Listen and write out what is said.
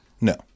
No